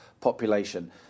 population